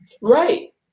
Right